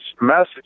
message